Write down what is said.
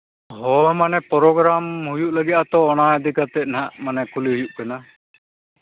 ᱦᱳᱭ ᱢᱟᱱᱮ ᱯᱨᱳᱜᱨᱟᱢ ᱦᱩᱭᱩᱜ ᱞᱟᱹᱜᱤᱫᱼᱟ ᱛᱚ ᱚᱱᱟ ᱤᱫᱤ ᱠᱟᱛᱮᱫ ᱦᱟᱜ ᱠᱩᱞᱤ ᱦᱩᱭᱩᱜ ᱠᱟᱱᱟ